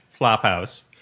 flophouse